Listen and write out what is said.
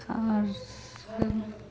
سرس